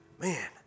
Man